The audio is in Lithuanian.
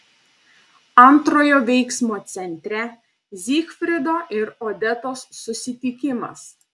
antrojo veiksmo centre zygfrido ir odetos susitikimas